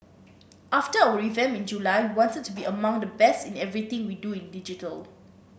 after our revamp in July we wanted to be among the best in everything we do in digital